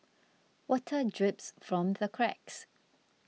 water drips from the cracks